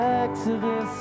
exodus